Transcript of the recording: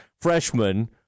freshman